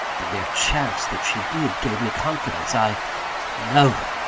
the mere chance that she did, gave me confidence i no!